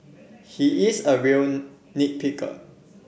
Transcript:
he is a real picker